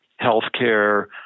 healthcare